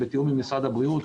בתיאום עם משרד הבריאות,